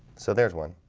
so there's one